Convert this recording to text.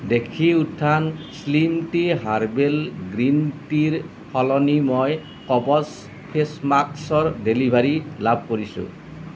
দেশী উত্থান slim tea herbal green টিৰ সলনি মই কৱচ ফেচ মাস্কৰ ডেলিভাৰী লাভ কৰিছোঁ